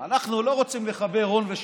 אנחנו לא רוצים לחבר הון לשלטון.